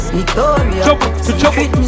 Victoria